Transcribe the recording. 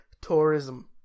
tourism